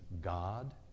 God